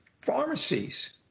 pharmacies